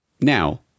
Now